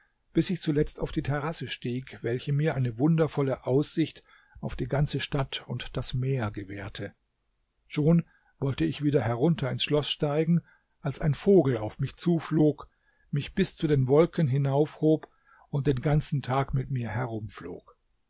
bis ich zuletzt auf die terrasse stieg welche mir eine wundervolle aussicht auf die ganze stadt und das meer gewährte schon wollte ich wieder herunter ins schloß steigen als ein vogel auf mich zuflog mich bis zu den wolken hinaufhob und den ganzen tag mit mir